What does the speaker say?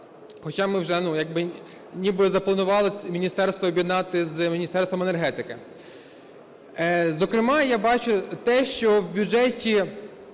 Хоча ми вже як би ніби запланували міністерство об'єднати з Міністерством енергетики. Зокрема, я бачу те, що в бюджеті